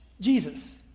Jesus